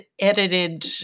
edited